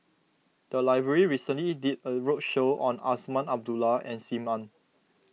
the library recently did a roadshow on Azman Abdullah and Sim Ann